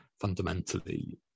fundamentally